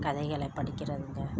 கதைகளை படிக்கிறதுங்க